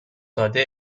داده